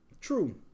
True